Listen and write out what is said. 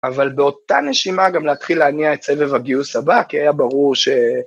אבל באותה נשימה גם להתחיל להניע את סבב הגיוס הבא, כי היה ברור ש...